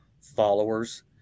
followers